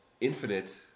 Infinite